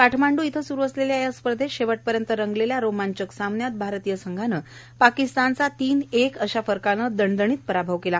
काठमांडु इथं सुरू असलेल्या या स्पर्धेत शेवटपर्यंत रंगलेल्या या रोमांचक सामन्यात भारतीय संघानं पाकिस्तानचा तीन एक अश्या फरकानं दणदणीत पराभव केला